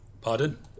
Pardon